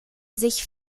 sich